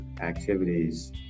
activities